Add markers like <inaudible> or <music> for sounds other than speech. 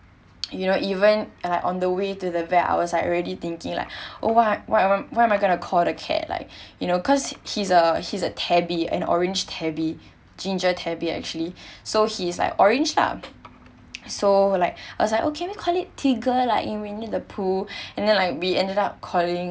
you know even like on the way to the vet uh I was already thinking like oh what what am I what am I going to call the cat like you know cause he's a he's a tabby an orange tabby ginger tabby actually so he is like orange lah <noise> so like as I okay we call it tigger lah winnie the pooh and then like we ended up calling